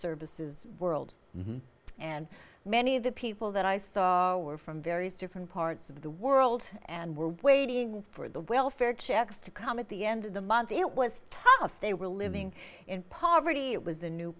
services world and many of the people that i saw were from various different parts of the world and were waiting for the welfare checks to come at the end of the month it was tough they were living in poverty it was a new